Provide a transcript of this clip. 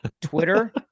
Twitter